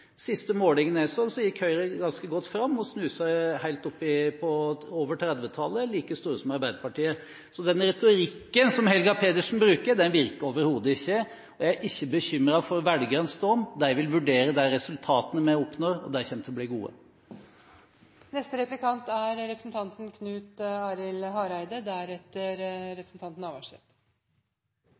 siste målingen jeg så, gikk Høyre ganske godt fram og snuste helt opp over 30-tallet – altså like stort som Arbeiderpartiet. Så den retorikken som Helga Pedersen bruker, virker overhodet ikke, og jeg er ikke bekymret for velgernes dom. De vil vurdere de resultatene vi oppnår, og de kommer til å bli gode.